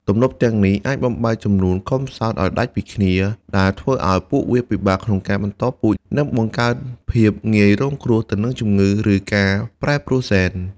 ទំនប់ទាំងនេះអាចបំបែកចំនួនសត្វផ្សោតឱ្យដាច់ពីគ្នា ដែលធ្វើឱ្យពួកវាពិបាកក្នុងការបន្តពូជ និងបង្កើនភាពងាយរងគ្រោះទៅនឹងជំងឺ ឬការប្រែប្រួលហ្សែន។